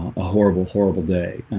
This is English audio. a horrible horrible day